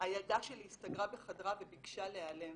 הילדה שלי הסתגרה בחדרה וביקשה להיעלם.